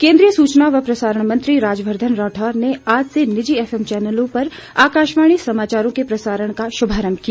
केंद्रीय सूचना व प्रसारण मंत्री राज्यवर्धन राठौड़ ने आज से निजी एफएम चैनलों पर आकाशवाणी समाचारों के प्रसारण का शुभारम्भ किया